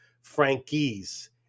Frankie's